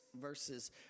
verses